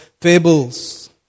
fables